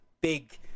big